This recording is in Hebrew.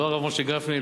לא הרב משה גפני,